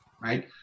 right